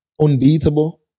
unbeatable